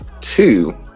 Two